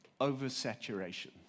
oversaturation